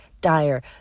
dire